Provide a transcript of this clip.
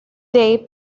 day